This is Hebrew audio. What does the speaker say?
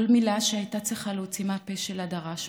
כל מילה שהייתה צריכה להוציא מהפה שלה דרשה מאמץ.